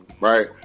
right